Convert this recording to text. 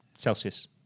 Celsius